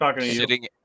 Sitting